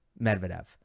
Medvedev